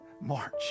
march